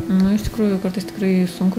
nu iš tikrųjų kartais tikrai sunku